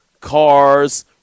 cars